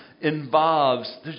involves